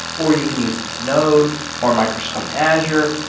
or you can use linode, or microsoft azure,